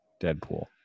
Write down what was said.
Deadpool